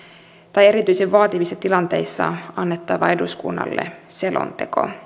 tai erityisen vaativissa tilanteissa annettava eduskunnalle selonteko